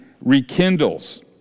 rekindles